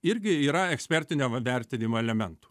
irgi yra ekspertinio va vertinimo elementų